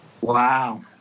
Wow